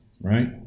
right